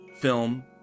film